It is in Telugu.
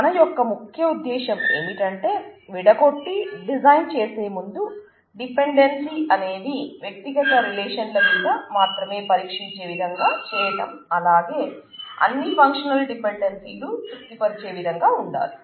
మన యొక్క ముఖ్య ఉద్దేశ్యం ఏమిటంటే విడగొట్టి డిజైన్ చేసే ముందు డిపెండెన్సీ అనేవి వ్యక్తిగత రిలేషన్ల మీద మాత్రమే పరీక్షించే విధంగా చేయటం అలాగే అన్ని ఫంక్షనల్ డిపెండెన్సీలు తృప్తి పరిచే విధంగా ఉండాలి